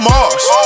Mars